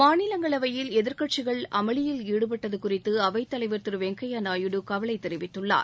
மாநிலங்களவையில் எதிர்க்கட்சிகள் அமளியில் ஈடுபட்டது குறித்து அவைத்தலைவர் திரு வெங்கையா நாயுடு கவலை தெரிவித்துள்ளார்